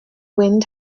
wind